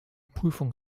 prüfung